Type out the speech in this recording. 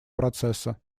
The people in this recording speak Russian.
процесса